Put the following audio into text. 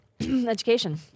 Education